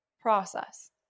process